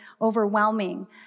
overwhelming